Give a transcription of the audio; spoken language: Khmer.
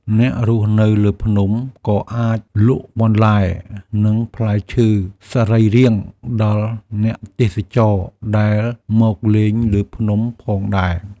អ្នករស់នៅលើភ្នំ ក៏អាចលក់បន្លែ និងផ្លែឈើសរីរាង្គដល់អ្នកទេសចរណ៍ដែលមកលេងលើភ្នំផងដែរ។